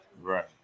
right